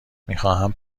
میخواهند